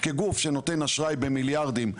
כגוף שנותן אשראי במיליארדים,